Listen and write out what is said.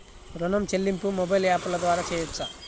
ఋణం చెల్లింపు మొబైల్ యాప్ల ద్వార చేయవచ్చా?